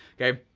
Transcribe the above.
okay,